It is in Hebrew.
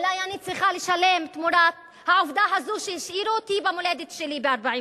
אולי אני צריכה לשלם תמורת העובדה הזאת שהשאירו אותי במולדת שלי ב-1948.